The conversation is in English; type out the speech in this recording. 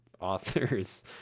authors